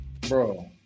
bro